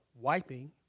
wiping